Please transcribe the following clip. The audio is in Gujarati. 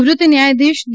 નિવૃત્ત ન્યાયાધીશ ડી